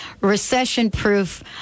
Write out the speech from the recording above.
recession-proof